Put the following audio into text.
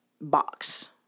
box